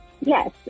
Yes